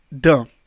dumb